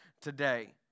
today